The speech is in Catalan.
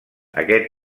aquest